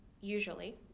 usually